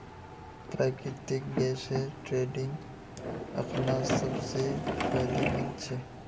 प्राकृतिक गैसेर ट्रेडिंग अखना सब स फायदेमंद छ